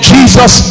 Jesus